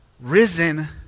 risen